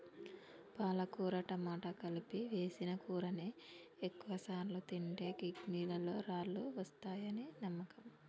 పాలకుర టమాట కలిపి సేసిన కూరని ఎక్కువసార్లు తింటే కిడ్నీలలో రాళ్ళు వస్తాయని నమ్మకం